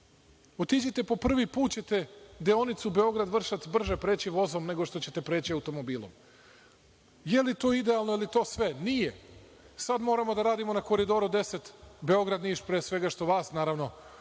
Idite, po prvi put ćete deonicu Beograd – Vršac brže preći vozom, nego što ćete preći automobilom. Da li je to idealno ili je to sve? Nije. Sada moramo da radimo na Koridoru 10, Beograd – Niš, pre svega što vas, naravno,